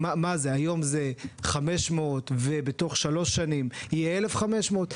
היום יש 500 ובתוך שלוש שנים יהיה 1,500?